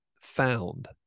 found